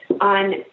on